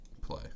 play